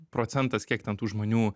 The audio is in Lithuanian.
procentas kiek ten tų žmonių